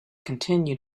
continue